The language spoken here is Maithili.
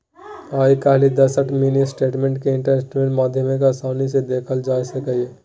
आइ काल्हि दसटा मिनी स्टेटमेंट केँ इंटरनेटक माध्यमे आसानी सँ देखल जा सकैए